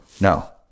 No